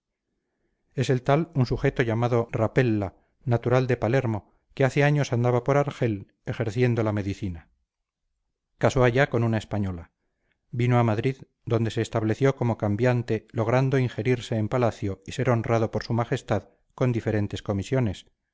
es el tal un sujeto llamado rapella natural de palermo que hace años andaba por argel ejerciendo la medicina casó allá con una española vino a madrid donde se estableció como cambiante logrando injerirse en palacio y ser honrado por su majestad con diferentes comisiones